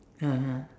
(uh huh)